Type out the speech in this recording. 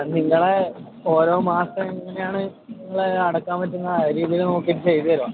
നിങ്ങളെ ഓരോ മാസം എങ്ങനെയാണ് നിങ്ങൾ അടയ്ക്കാൻ പറ്റുന്നത് ആ രീതിയിൽ നോക്കിയിട്ട് ചെയ്തു തരാം